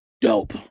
dope